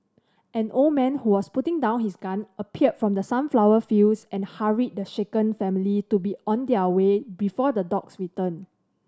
an old man who was putting down his gun appeared from the sunflower fields and hurried the shaken family to be on their way before the dogs return